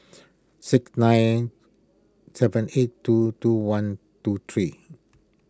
six nine seven eight two two one two three